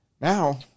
Now